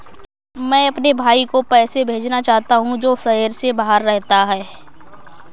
मैं अपने भाई को पैसे भेजना चाहता हूँ जो शहर से बाहर रहता है